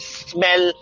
smell